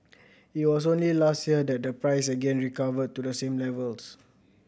it was only last year that the price again recovered to the same levels